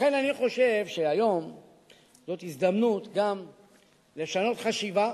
לכן אני חושב שהיום זאת הזדמנות גם לשנות חשיבה.